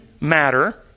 matter